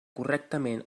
correctament